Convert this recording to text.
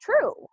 true